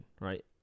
right